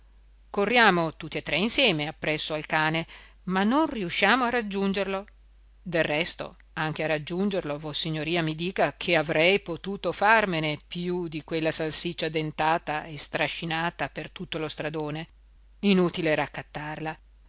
corriamo tutti e tre insieme appresso al cane ma non riusciamo a raggiungerlo del resto anche a raggiungerlo vossignoria mi dica che avrei potuto farmene più di quella salsiccia addentata e strascinata per tutto lo stradone inutile raccattarla